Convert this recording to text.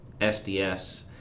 SDS